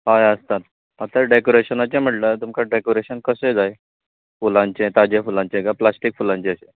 होय आसता आता डेकाॅरेशनाचें म्हळ्यार तुमकां डेकोरेशन कशें जाय फुलांचें ताजे फुलांचे काय प्लास्टिक फुलांचे अशें